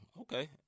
Okay